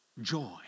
Joy